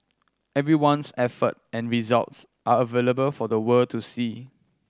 everyone's effort and results are available for the world to see